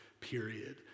period